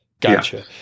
Gotcha